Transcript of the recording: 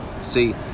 See